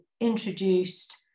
introduced